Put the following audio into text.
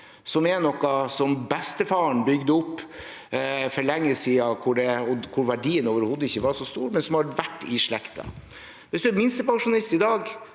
det er noe bestefaren bygde opp for lenge siden, da verdien overhodet ikke var så stor, men som har vært i slekten. Hvis en er minstepensjonist i dag